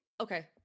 Okay